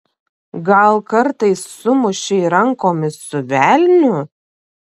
gal kartais sumušei rankomis su velniu